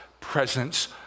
presence